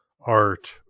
art